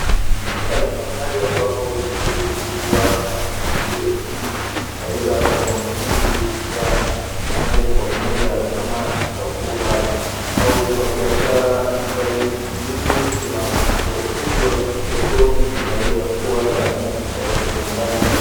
Hapa ni mahali ambapo ndizi huuzwa na kununuliwa, aidha kwa matumizi ya moja kwa moja kama chakula au kwa biashara zaidi , ndizi zinazouzwa sokoni zinaweza kuwa za aina tofauti kulingana na .